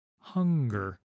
hunger